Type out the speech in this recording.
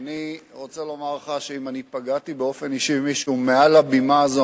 אני רוצה לומר לך שאם אני פגעתי באופן אישי במישהו מעל הבימה הזו,